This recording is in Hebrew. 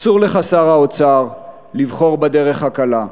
אסור לך, שר האוצר, לבחור בדרך הקלה.